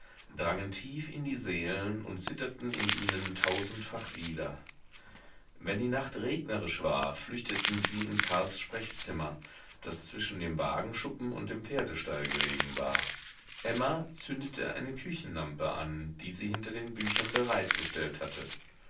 drangen tief in die seelen und zitterten in ihnen tausendfach wider wenn die nacht regnerisch war flüchteten sie in karls sprechzimmer das zwischen dem wagenschuppen und dem pferdestall gelegen war emma zündete eine küchenlampe an die sie hinter den büchern bereitgestellt hatte